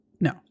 No